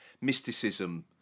mysticism